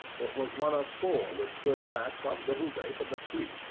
it was one of four which stood back some little way from the street,